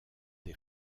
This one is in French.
des